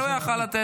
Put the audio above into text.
אני קובע כי